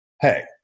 hey